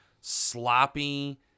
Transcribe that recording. sloppy